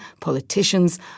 politicians